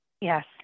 Yes